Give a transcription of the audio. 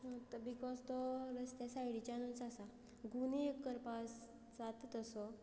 because तो रस्त्या सायडीच्यानूच आसा गुनी एक करपा जाता तसो